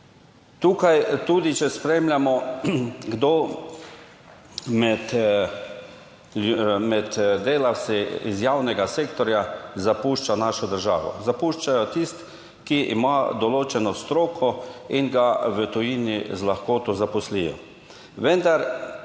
Tukaj tudi, če spremljamo, kdo med delavci iz javnega sektorja zapušča našo državo. Zapušča jo tisti, ki ima določeno stroko in ga v tujini z lahkoto zaposlijo.